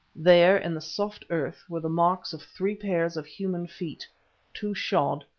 there, in the soft earth, were the marks of three pairs of human feet two shod,